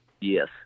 Yes